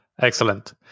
Excellent